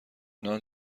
نان